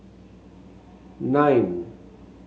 nine